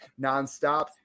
nonstop